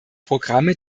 programme